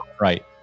right